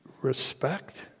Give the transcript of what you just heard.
respect